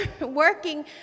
working